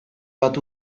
bat